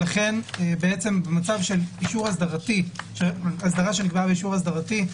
במצב כזה, אסדרה שנקבעה באישור אסדרתי,